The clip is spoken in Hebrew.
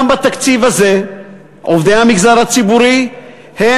גם בתקציב הזה עובדי המגזר הציבורי הם